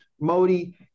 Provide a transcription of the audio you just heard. Modi